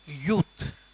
youth